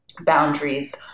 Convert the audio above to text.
boundaries